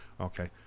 okay